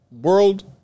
world